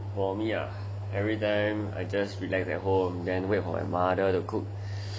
for me ah everytime I just relax at home then wait for my mother to cook